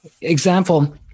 Example